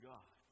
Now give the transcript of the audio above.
God